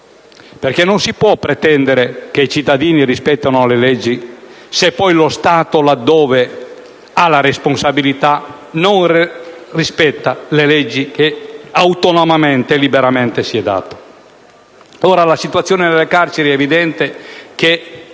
Stato. Non si può pretendere che i cittadini rispettino le leggi, se poi lo Stato, laddove ha la responsabilità, non rispetta le leggi che autonomamente e liberamente si è dato. È evidente che la situazione nelle carceri non rispetta questi